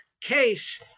case